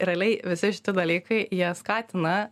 realiai visi šitie dalykai jie skatina